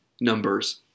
numbers